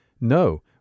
No